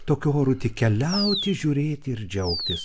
tokiu oru tik keliauti žiūrėti ir džiaugtis